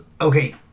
Okay